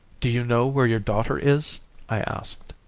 do you know where your daughter is i asked.